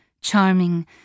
charming